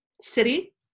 city